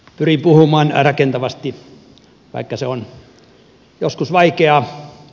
pyrin puhumaan rakentavasti vaikka se on joskus vaikeaa